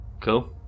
Cool